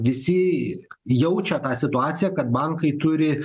visi jaučia tą situaciją kad bankai turi